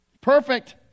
perfect